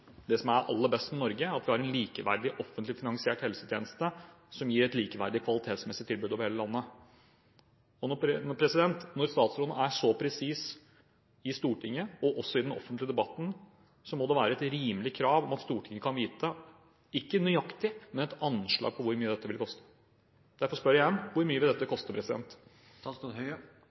det som er aller best ved Norge: at vi har en likeverdig offentlig finansiert helsetjeneste, som gir et likeverdig kvalitetsmessig tilbud over hele landet. Når statsråden er så presis i Stortinget og også i den offentlige debatten, må det være et rimelig krav at Stortinget får vite, ikke nøyaktig, men et anslag over hvor mye dette vil koste. Derfor spør jeg igjen: Hvor mye vil dette